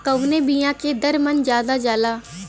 कवने बिया के दर मन ज्यादा जाला?